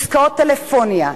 עסקאות טלפוניה,